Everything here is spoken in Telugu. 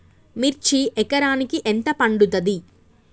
మిర్చి ఎకరానికి ఎంత పండుతది?